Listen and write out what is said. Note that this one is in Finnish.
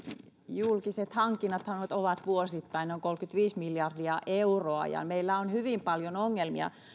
julkiset hankinnathan ovat vuosittain noin kolmekymmentäviisi miljardia euroa ja meillä on hyvin paljon ongelmia